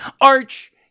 Arch